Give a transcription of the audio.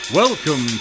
welcome